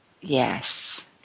Yes